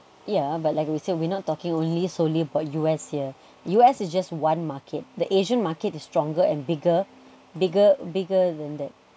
yeah but like we said we're not talking only solely about U_S here U_S is just one market the asian market is stronger and bigger bigger bigger than that